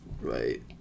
Right